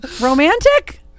Romantic